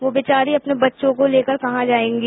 वो बेचारी अपने बच्चों को लेकर कहां जाएंगी